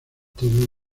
todo